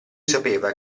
sapeva